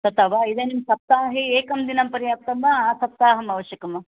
तत् वा इदानीं सप्ताहे एकं दिनं पर्याप्तं वा आसप्ताहम् आवश्यकं वा